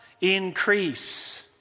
increase